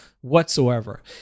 whatsoever